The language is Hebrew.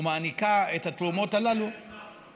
ומעניקה את התרומות הללו, קרן ספרא.